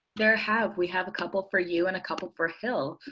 there have, we have a couple for you and a couple for hill.